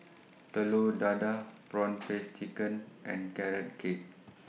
Telur Dadah Prawn Paste Chicken and Carrot Cake